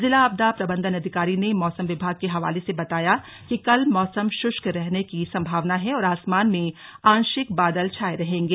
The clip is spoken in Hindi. जिला आपदा प्रबंधन अधिकारी ने मौसम विभाग के हवाले से बताया कि कल मौसम शुष्क रहने की संभावना है और आसामान में आंशिक बादल छाये रहेंगे